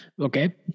Okay